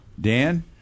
Dan